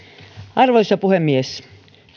arvoisa puhemies